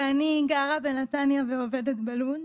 אני גרה בנתניה ועובדת בלוד,